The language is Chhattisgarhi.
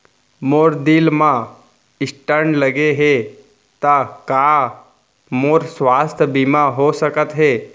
मोर दिल मा स्टन्ट लगे हे ता का मोर स्वास्थ बीमा हो सकत हे?